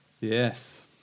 Yes